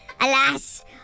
Alas